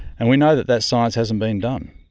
and we know that that science hasn't been done.